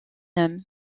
homme